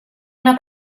una